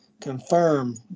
confirm